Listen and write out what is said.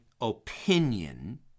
opinion